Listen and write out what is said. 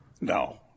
No